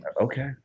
okay